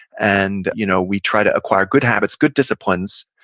and you know we try to acquire good habits, good disciplines,